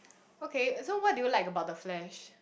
okay so what do you like about the-Flash